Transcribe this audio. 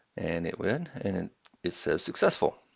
and it went, and and it says, successful.